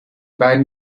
beiden